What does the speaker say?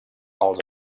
als